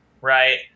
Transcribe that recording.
right